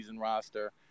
roster